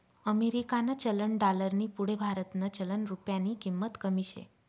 अमेरिकानं चलन डालरनी पुढे भारतनं चलन रुप्यानी किंमत कमी शे